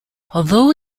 although